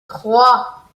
trois